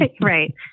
Right